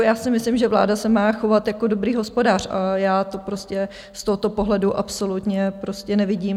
Já si myslím, že vláda se má chovat jako dobrý hospodář, a já to prostě z tohoto pohledu absolutně prostě nevidím.